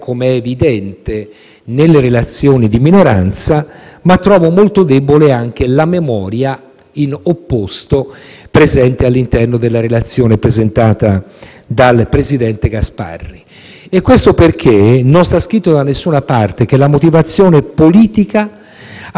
in opposto presente all'interno della relazione del presidente Gasparri e questo perché non sta scritto da nessuna parte che la motivazione politica assuma un rilievo nella legge costituzionale n. 1 del 1989.